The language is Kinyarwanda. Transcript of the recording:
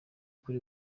kuri